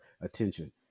attention